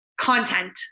content